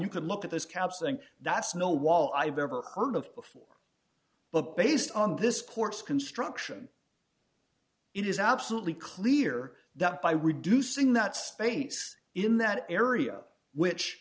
you could look at this cap saying that's no wall i've ever heard of before but based on this ports construction it is absolutely clear that by reducing that space in that area which